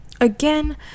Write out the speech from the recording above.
Again